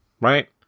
right